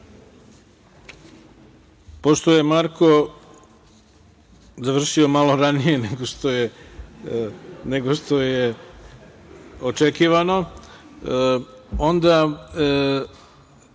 Hvala. Pošto je Marko završio malo ranije nego što je očekivano, onda